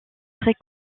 très